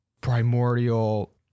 primordial